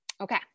Okay